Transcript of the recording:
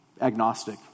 agnostic